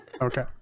Okay